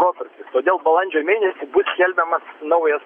protrūkis todėl balandžio mėnesį bus skelbiamas naujas